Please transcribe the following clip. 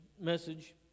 message